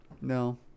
No